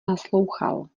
naslouchal